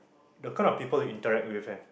the kind of people you interact with eh